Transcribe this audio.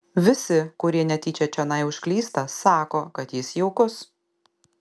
visi kurie netyčia čionai užklysta sako kad jis jaukus